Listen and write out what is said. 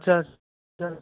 चल चल